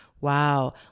wow